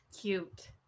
Cute